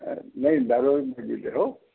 नहीं दारू वारू नहीं पीते हो